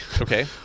Okay